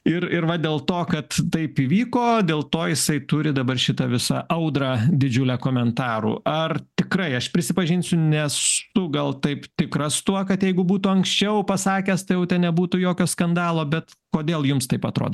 ir ir va dėl to kad taip įvyko dėl to jisai turi dabar šitą visą audrą didžiulę komentarų ar tikrai aš prisipažinsiu nesu gal taip tikras tuo kad jeigu būtų anksčiau pasakęs tai jau ten nebūtų jokio skandalo bet kodėl jums taip atrodo